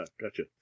gotcha